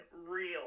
real